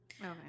Okay